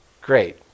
Great